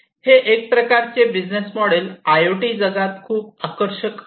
हे एक प्रकारचे बिझनेस मोडेल आयओटी जगात खूप आकर्षक आहे